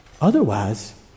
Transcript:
Otherwise